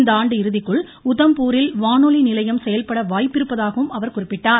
இந்தஆண்டு இறுதிக்குள் வானொலி நிலையம் செயல்பட வாய்ப்பிருப்பதாகவும் அவர் குறிப்பிட்டார்